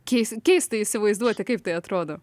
keis keista įsivaizduoti kaip tai atrodo